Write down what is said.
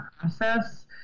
process